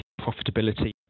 profitability